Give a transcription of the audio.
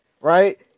right